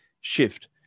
shift